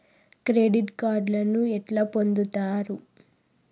Credit కార్డులను ఎట్లా పొందుతరు?